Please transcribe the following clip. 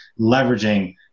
leveraging